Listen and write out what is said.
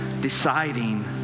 deciding